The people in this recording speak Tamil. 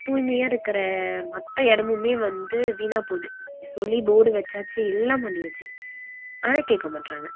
தூய்மையாக இருக்கிற மற்ற இடமுமே வந்து வீணாக போகுது சொல்லி போர்டு வச்சாச்சு எல்லாம் பண்ணியாச்சு ஆனால் கேட்க மாட்டேறாங்க